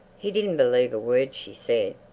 he didn't believe a word she said.